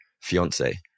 fiance